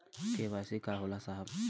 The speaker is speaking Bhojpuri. के.वाइ.सी का होला साहब?